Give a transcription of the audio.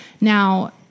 now